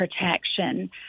protection